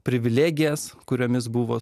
privilegijas kuriomis buvo